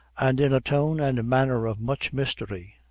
and in a tone and manner of much mystery,